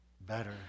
better